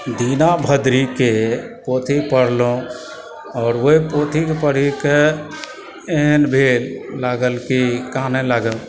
दीना बद्रीके पोथी पढ़लहुँ आओर ओहि पोथीकेँ पढ़यके एहन भेल लागल कि कानय लागब